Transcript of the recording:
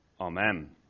amen